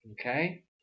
Okay